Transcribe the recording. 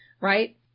right